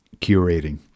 curating